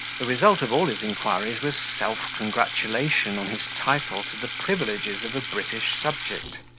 the result of all his inquiries was self-congratulation on his title to the privileges of a british subject.